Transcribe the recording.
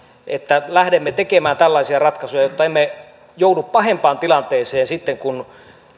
että lähdemme tekemään tällaisia ratkaisuja jotta emme joudu pahempaan tilanteeseen sitten kun